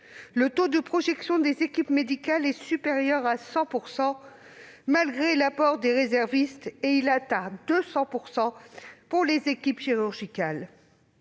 Le taux de projection des équipes médicales est supérieur à 100 %, malgré l'apport des réservistes et il atteint 200 % pour les équipes chirurgicales.